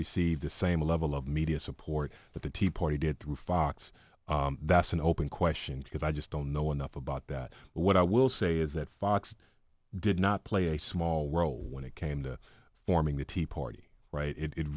receive the same level of media support that the tea party did through fox that's an open question because i just don't know enough about that what i will say is that fox did not play a small role when it came to forming the tea party right it